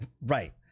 Right